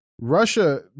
Russia